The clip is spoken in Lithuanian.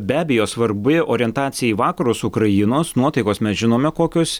be abejo svarbi orientacija į vakarus ukrainos nuotaikos mes žinome kokios